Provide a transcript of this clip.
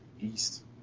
east